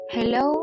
Hello